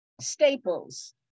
staples